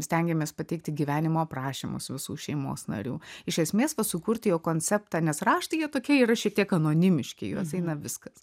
stengiamės pateikti gyvenimo aprašymus visų šeimos narių iš esmės vat sukurti jo konceptą nes raštai jie tokie yra šiek tiek anonimiški į juos eina viskas